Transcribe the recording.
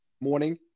morning